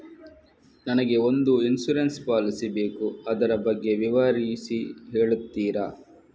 ನನಗೆ ಒಂದು insurance policy ಬೇಕು ಅದರ ಬಗ್ಗೆ ವಿವರಿಸಿ ಹೇಳುತ್ತೀರಾ?